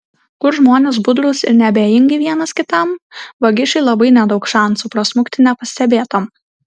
kur žmonės budrūs ir neabejingi vienas kitam vagišiui labai nedaug šansų prasmukti nepastebėtam